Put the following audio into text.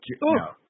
No